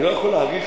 אני לא יכול להאריך,